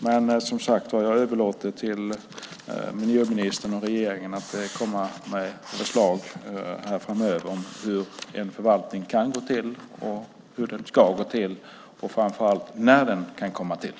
Men, som sagt, jag överlåter åt miljöministern och regeringen att komma med förslag om hur en förvaltning kan och ska gå till och framför allt när den kan komma till.